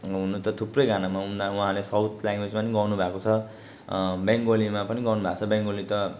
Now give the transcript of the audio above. हुनु त थुप्रै गानामा उनी उहाँले साउथ ल्याङ्गवेजमा पनि गाउनुभएको छ बङ्गालीमा पनि गाउनुभएको छ बङ्गाली त